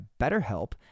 BetterHelp